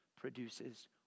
produces